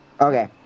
Okay